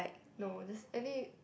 no there's any